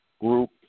group